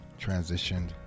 transitioned